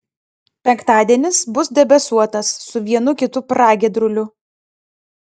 penktadienis bus debesuotas su vienu kitu pragiedruliu